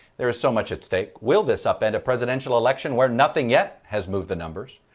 there is so much at stake. will this up end a presidential election where nothing yet has moved the numbers?